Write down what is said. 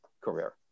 career